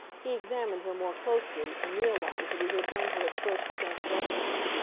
he examined her more closely and realised that he had done her at first scant justice.